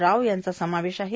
राव यांचा समावेश आहे